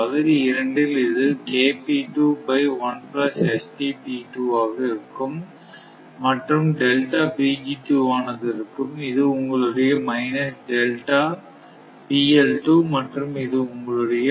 பகுதி இரண்டில் இதுஆக இருக்கும் மற்றும்ஆனது இருக்கும் இது உங்களுடையமற்றும் இது உங்களுடைய